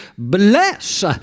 Bless